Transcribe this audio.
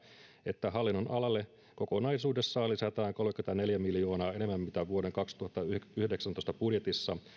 että hallinnonalalle kokonaisuudessaan lisätään kolmekymmentäneljä miljoonaa enemmän kuin vuoden kaksituhattayhdeksäntoista budjetissa